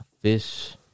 fish